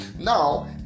now